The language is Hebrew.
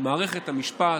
מערכת המשפט,